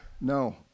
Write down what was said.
No